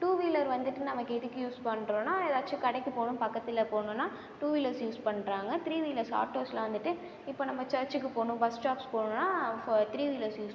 two wheeler வந்துட்டு நமக்கு எதுக்கு யூஸ் பண்ணுறோன்னா ஏதாச்சும் கடைக்கு போகணும் பக்கத்தில் போகணுன்னா டூ வீலர்ஸ் யூஸ் பண்ணுறாங்க த்ரீ வீலர்ஸ் ஆட்டோஸ்லாம் வந்துட்டு இப்போ நம்ம சர்ச்சிக்கு போகணும் பஸ் ஸ்டாப்ஸ் போகணுன்னா த்ரீ வீலர்ஸ் யூஸ்